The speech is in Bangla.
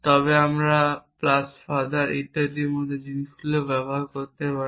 তবে আমরা প্লাস ফাদার ইত্যাদির মতো জিনিসগুলিও ব্যবহার করতে পারি